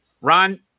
Ron